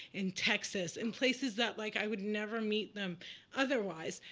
in texas, in places that like i would never meet them otherwise.